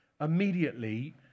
Immediately